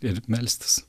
ir melstis